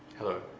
hello.